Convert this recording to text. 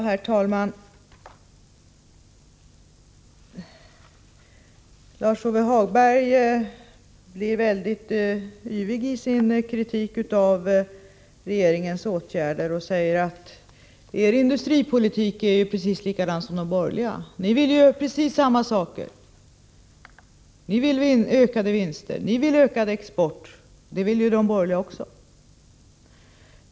Herr talman! Lars-Ove Hagberg blir väldigt yvig i sin kritik av regeringens åtgärder och säger att vår industripolitik är likadan som den borgerliga regeringens var. Ni gör precis samma saker som den, säger han. Ni vill att företagens vinster skall öka och att exporten skall öka. Det vill också de borgerliga, menar han.